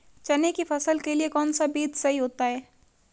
चने की फसल के लिए कौनसा बीज सही होता है?